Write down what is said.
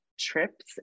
Trips